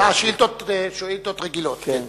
שאילתות רגילות, כן.